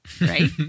Right